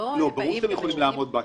ברור שאתם יכולים לעמוד בה,